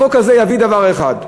החוק הזה יביא דבר אחד,